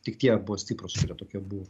tik tie buvo stiprūs kurie tokie buvo